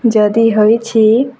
ଯଦି ହୋଇଛି